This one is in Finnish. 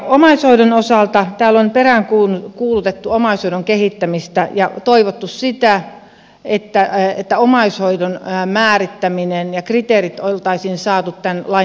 omaishoidon osalta täällä on peräänkuulutettu omaishoidon kehittämistä ja toivottu sitä että omaishoidon määrittäminen ja kriteerit olisi saatu tämän lain yhteydessä